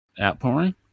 outpouring